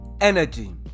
energy